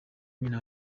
nyina